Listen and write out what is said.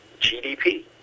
GDP